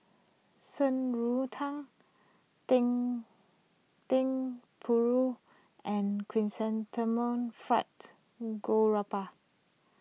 Shan Rui Tang Dendeng Paru and Chrysanthemum Fried Garoupa